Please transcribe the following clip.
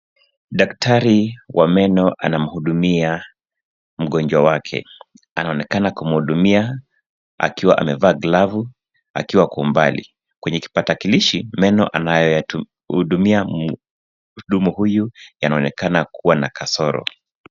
Daktari wa meno anamhudumia mgonjwa wake anaonekana kumhudumia akiwa amevaa glavu akiwa kwa umbali. Kwenye kipatakilishi meno anayoyatumia kunhudumia mhudumu huyu yanaonekana kuwa na kasoro.